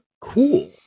cool